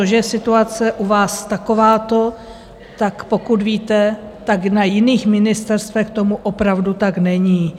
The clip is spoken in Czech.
To, že je situace u vás takováto, tak pokud víte, tak na jiných ministerstvech tomu opravdu tak není.